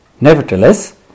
Nevertheless